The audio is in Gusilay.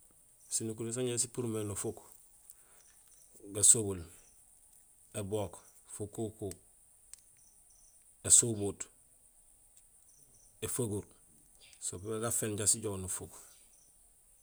Sinukuréén sanja sipuur mé nufuuk: gasobul, ébook, fukuku, ésubut, éfagur; so pépé gaféén na sijoow nufuuk